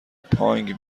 پانگ